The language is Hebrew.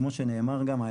כמו שנאמר גם,